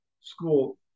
school